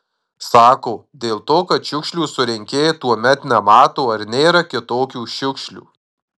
sako dėl to kad šiukšlių surinkėjai tuomet nemato ar nėra kitokių šiukšlių